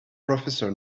professor